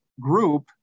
group